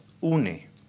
une